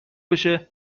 بشه